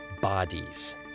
bodies